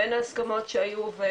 ואין הסכמות שהיו.